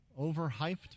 overhyped